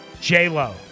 J-Lo